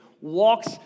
walks